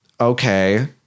okay